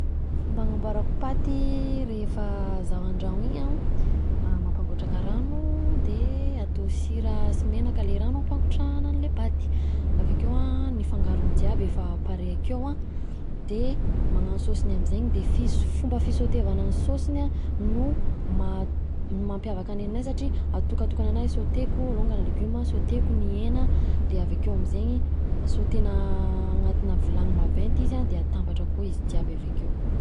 Fomba anamboarako paty rehefa zaho andragno iny an: mampangotraka rano de atao sira sy menaka le rano ampangotrahana anle paty, avekeo an ny fangarony jiaby efa pare akeo an, De magnano saosiny am'zegny, de fomba fisôtevana ny saosiny an no maha- mampiavaka ny anahy satria atokatokana sôteko longany legioma, sôteko ny hena, de avekeo am'zegny sôtena anatina vilany maventy izy an, de atambatra akao izy jiaby avekeo.